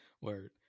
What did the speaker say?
Word